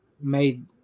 made